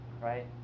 right